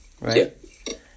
right